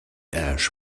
ash